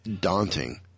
daunting